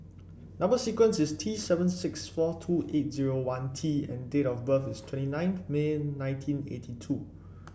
number sequence is T seven six four two eight zero one T and date of birth is twenty nineth May nineteen eighty two